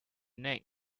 neck